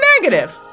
negative